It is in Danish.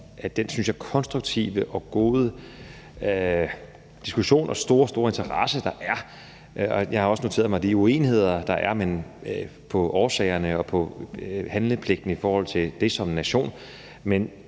mig den, synes jeg, konstruktive og gode diskussion i forhold til den store interesse, der er. Jeg har også noteret mig de uenigheder, der er om årsagerne og om handlepligten som nation, men